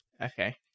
Okay